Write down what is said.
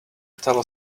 tell